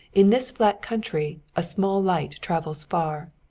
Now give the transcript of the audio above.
in this flat country a small light travels far.